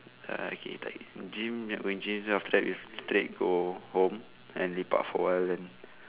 uh okay then gym not going gym then after that we straight go home and lepak for a while then